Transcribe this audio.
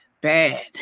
bad